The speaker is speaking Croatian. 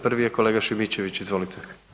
Prvi je kolega Šimičević, izvolite.